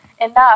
enough